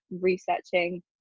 researching